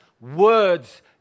words